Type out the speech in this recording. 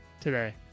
today